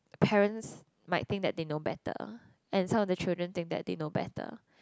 parents might think that they know better and some of the children think that they know better